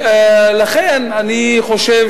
לכן אני חושב